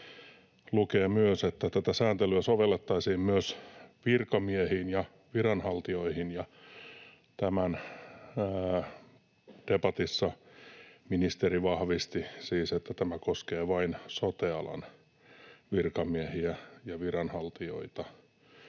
lukee myös, että tätä sääntelyä sovellettaisiin myös virkamiehiin ja viranhaltijoihin, ja debatissa ministeri vahvisti, että tämä koskee vain sote-alan virkamiehiä ja viranhaltijoita.